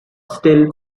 still